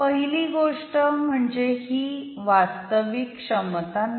पहिली गोष्ट म्हणजे ही वास्तविक क्षमता नाही